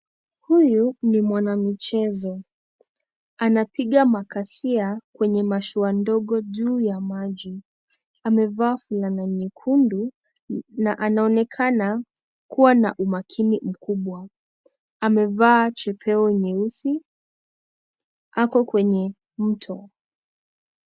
Huyu ni mwanamchezo, anapiga makasia kwenye mashua ndogo juu ya maji, amevaa fulana nyekundu na anaonekana kuwa na umakini mkubwa, amevaa chepeo nyesui ako kwenye mto.